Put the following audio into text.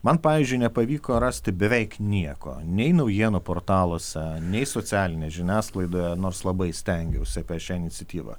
man pavyzdžiui nepavyko rasti beveik nieko nei naujienų portaluose nei socialinėj žiniasklaidoje nors labai stengiausi apie šią iniciatyvą